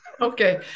Okay